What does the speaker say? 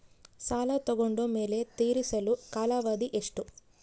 ಸಾಲ ತಗೊಂಡು ಮೇಲೆ ತೇರಿಸಲು ಕಾಲಾವಧಿ ಎಷ್ಟು?